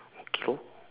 okay lor